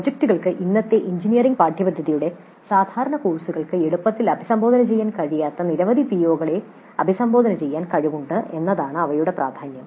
പ്രോജക്റ്റുകൾക്ക് ഇന്നത്തെ എഞ്ചിനീയറിംഗ് പാഠ്യപദ്ധതിയുടെ സാധാരണ കോഴ്സുകൾക്ക് എളുപ്പത്തിൽ അഭിസംബോധന ചെയ്യാൻ കഴിയാത്ത നിരവധി പിഒകളെ അഭിസംബോധന ചെയ്യാൻ കഴിവുണ്ട് എന്നതാണ് അവയുടെ പ്രാധാന്യം